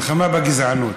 מלחמה בגזענות.